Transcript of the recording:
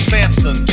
Samson